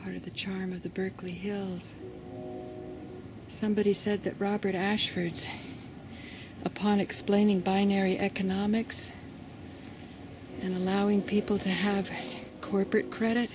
part of the charm of the berkeley somebody said that robert ashford upon explaining binary economics and allowing people to have corporate credit